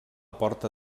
porta